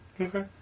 Okay